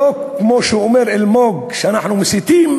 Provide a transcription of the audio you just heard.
לא כמו שאומר אלמוג שאנחנו מסיתים,